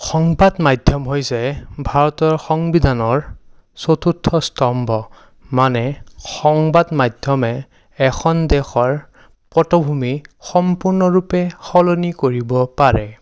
সংবাদ মাধ্যম হৈছে ভাৰতৰ সংবিধানৰ চতুৰ্থ স্তম্ভ মানে সংবাদ মাধ্যমে এখন দেশৰ পটভূমি সম্পূৰ্ণৰূপে সলনি কৰিব পাৰে